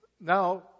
now